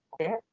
Okay